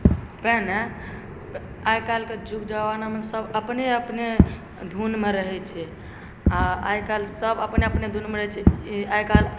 पहिने आइकाल्हिके जुग जमानामे सब अपने अपने धुनमे रहै छै आओर आइकाल्हि सब अपने अपने धुनमे रहै छै आइकाल्हि